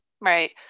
right